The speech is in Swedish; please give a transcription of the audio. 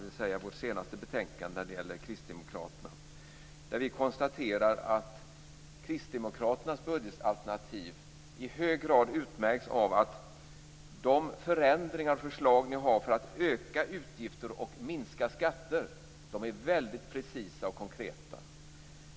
I vårt senaste betänkande konstaterar vi att Kristdemokraternas budgetalternativ i hög grad utmärks av att de förändringar och förslag ni har för att öka utgifter och minska skatter är väldigt precisa och konkreta.